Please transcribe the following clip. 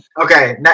Okay